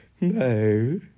No